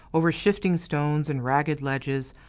over shifting stones and ragged ledges,